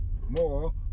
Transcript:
more